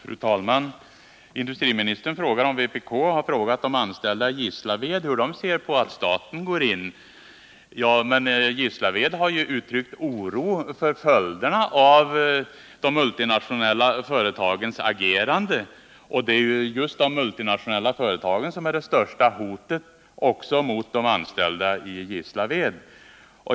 Fru talman! Industriministern undrar om vpk har frågat de anställda i Gislaved hur de ser på att staten går in i branschen. Men Gislaved har ju uttryckt oro för följderna av de multinationella företagens agerande. och det är just de multinationella företagen som är det största hotet också mot de anställda i Gislaved.